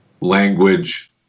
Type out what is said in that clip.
Language